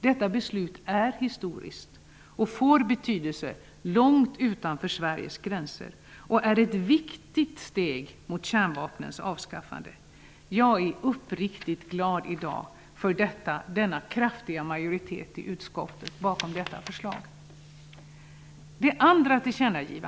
Detta beslut är historiskt och får betydelse långt utanför Sveriges gränser och är ett viktigt steg mot kärnvapnens avskaffande. Jag är i dag uppriktigt glad för denna kraftiga majoritet i utskottet bakom detta förslag.